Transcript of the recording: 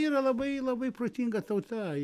yra labai labai protinga tauta